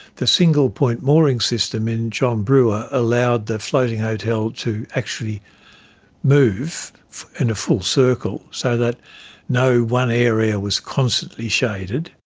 the single-point mooring system in john brewer allowed the floating hotel to actually move in a full circle so that no one area was constantly shaded.